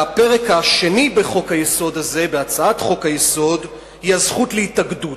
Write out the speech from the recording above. הפרק השני בהצעת חוק-היסוד הזאת הוא הזכות להתאגדות.